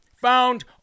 found